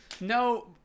No